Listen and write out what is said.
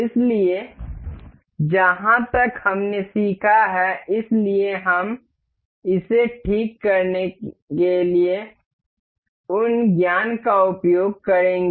इसलिए जहां तक हमने सीखा है इसलिए हम इसे ठीक करने के लिए उन ज्ञान का उपयोग करेंगे